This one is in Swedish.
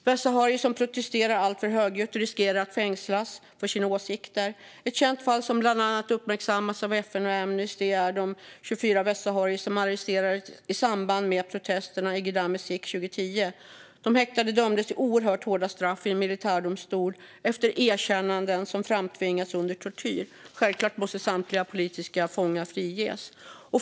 Västsaharier som protesterar alltför högljutt riskerar att fängslas för sina åsikter. Ett känt fall som bland annat uppmärksammats av FN och Amnesty gäller de 24 västsaharier som arresterades i samband med protesterna i Gdeim Izik 2010. De häktade dömdes till oerhört hårda straff i en militärdomstol efter erkännanden som framtvingats under tortyr. Självklart måste samtliga politiska fångar friges.